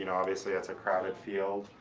and obviously it's a crowded field.